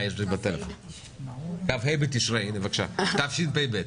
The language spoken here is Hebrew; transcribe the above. כ"ה בתשרי התשפ"ב.